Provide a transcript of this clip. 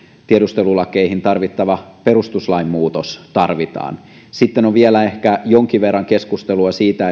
tiedustelulakeihin tarvittava perustuslain muutos tarvitaan sitten on ehkä vielä jonkin verran keskustelua siitä